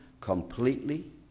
completely